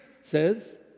says